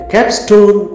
Capstone